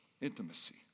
intimacy